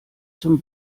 zum